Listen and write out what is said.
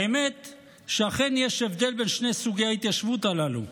האמת שאכן יש הבדל בין שני סוגי ההתיישבות הללו: